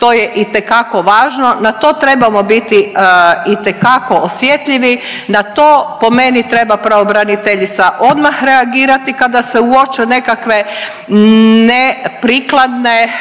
što je itekako važno, na to trebamo biti itekako osjetljivi, na to po meni treba pravobraniteljica odmah reagirati kada se uoče nekakve neprikladne